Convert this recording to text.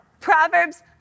Proverbs